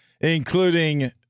including